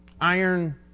iron